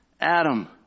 Adam